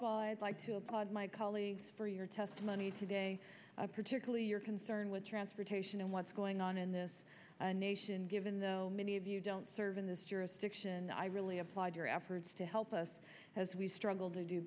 of all i'd like to applaud my colleagues for your testimony today particularly your concern with transportation and what's going on in this nation given though many of you don't serve in this jurisdiction i really applaud your efforts to help us as we struggled to do